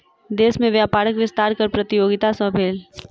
देश में व्यापारक विस्तार कर प्रतियोगिता सॅ भेल